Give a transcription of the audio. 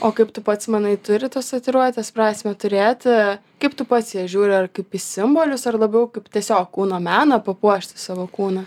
o kaip tu pats manai turi tos tatuiruotės prasmę turėti kaip tu pats į jas žiūri ar kaip į simbolius ar labiau kaip tiesiog kūno meną papuošti savo kūną